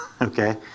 Okay